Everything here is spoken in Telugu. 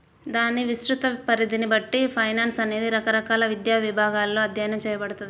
దాని విస్తృత పరిధిని బట్టి ఫైనాన్స్ అనేది రకరకాల విద్యా విభాగాలలో అధ్యయనం చేయబడతది